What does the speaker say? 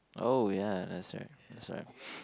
oh ya that's right that's right